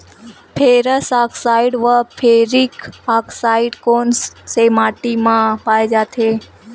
Ferrous oxide व ferric oxide कोन सा माटी म पाय जाथे?